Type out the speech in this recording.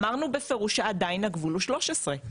אמרנו בפירוש שעדיין הגבול הוא 13,